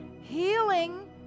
healing